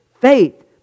faith